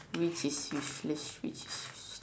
which is useless which is useless